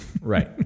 Right